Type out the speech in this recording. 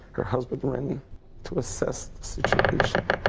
her husband ran to assess the situation.